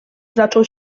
zaczął